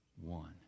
One